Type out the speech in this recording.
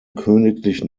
königlichen